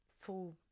full